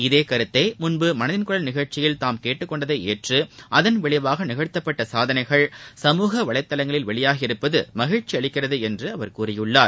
இதே கருத்தை முன்பு மனதின் குரல் நிகழ்ச்சியில் தாம் கேட்டுக் கொண்டதை ஏற்று அதன் விளைவாக நிகழ்த்தப்பட்ட சாதனைகள் சமூக வலைதளங்களில் வெளியாகி இருப்பது மகிழ்ச்சி அளிக்கிறது என்று கூறியுள்ளார்